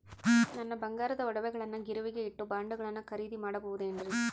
ನನ್ನ ಬಂಗಾರದ ಒಡವೆಗಳನ್ನ ಗಿರಿವಿಗೆ ಇಟ್ಟು ಬಾಂಡುಗಳನ್ನ ಖರೇದಿ ಮಾಡಬಹುದೇನ್ರಿ?